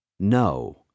No